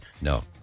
No